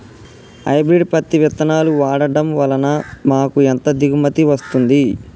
Hybrid పత్తి విత్తనాలు వాడడం వలన మాకు ఎంత దిగుమతి వస్తుంది?